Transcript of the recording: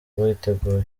witeguye